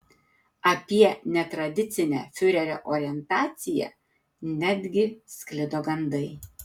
apie netradicinę fiurerio orientaciją netgi sklido gandai